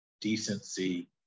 decency